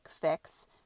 fix